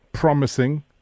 promising